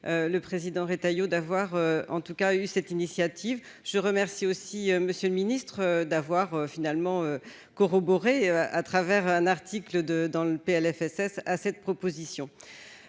le président Retailleau d'avoir, en tout cas eu cette initiative, je remercie aussi Monsieur le Ministre d'avoir finalement corroborer à travers un article de dans le PLFSS à cette proposition,